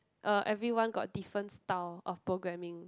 uh everyone got different style of programming